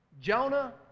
Jonah